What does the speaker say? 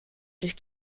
durch